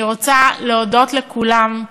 אני רוצה להודות לכולם,